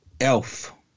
Elf